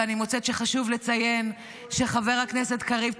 ואני מוצאת שחשוב לציין שחבר הכנסת קריב,